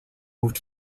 moved